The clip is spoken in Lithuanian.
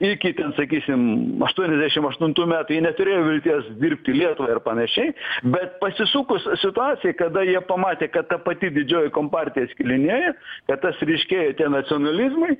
iki ten sakysim aštuoniasdešim aštuntų metų jie neturėjo vilties dirbti lietuvai ir panašiai bet pasisukus situacijai kada jie pamatė kad ta pati didžioji kompartija skilinėja kad tas ryškėjo tie nacionalizmai